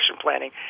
planning